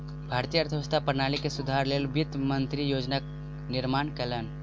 भारतीय आर्थिक प्रणाली के सुधारक लेल वित्त मंत्री योजना निर्माण कयलैन